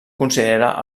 considera